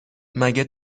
مگه